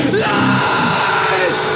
lies